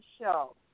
show